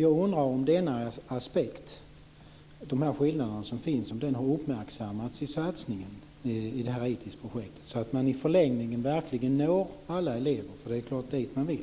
Jag undrar om de skillnader som finns har uppmärksammats i satsningen med ITiS projektet så att man i förlängningen verkligen når alla elever. Det är ju dit man vill